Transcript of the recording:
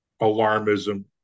alarmism